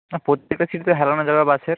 না প্রত্যেকটা সিটই তো হেলানো যাবে বাসের